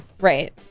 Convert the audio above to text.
Right